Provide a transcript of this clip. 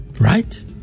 right